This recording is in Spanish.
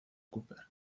cooper